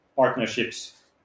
Partnerships